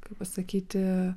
kaip pasakyti